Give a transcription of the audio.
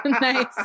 Nice